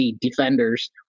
defenders